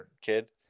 kid